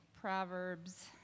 Proverbs